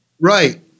Right